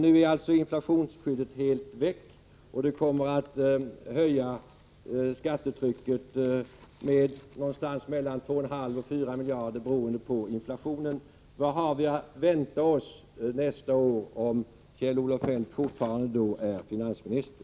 Nu är alltså inflationsskyddet helt väck, och det kommer att höja skattetrycket med 2,54 miljarder beroende på inflationen. Vad har vi att vänta oss nästa år om Kjell-Olof Feldt då fortfarande är finansminister?